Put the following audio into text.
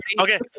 Okay